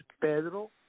Pedro